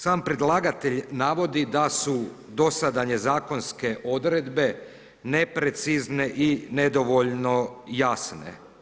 Sam predlagatelj navodi da su do sada … zakonske odredbe, neprecizne i nedovoljno jasne.